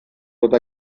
tot